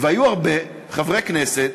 והיו הרבה חברי כנסת,